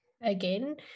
again